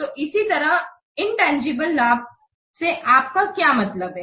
तो इसी तरह अ तंजीबले लाभ से आपका क्या मतलब है